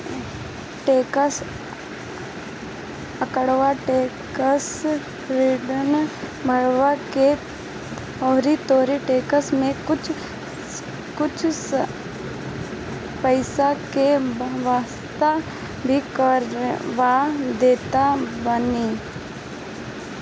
charter accountant tax return भरवा के तोहरी टेक्स में से कुछ पईसा के वापस भी करवा देत बाने